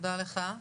תודה לך.